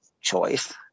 choice